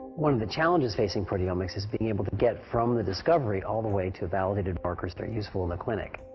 one of the challenges facing proteomics is being able to get from the discovery all the way to validated markers they are useful in the clinic.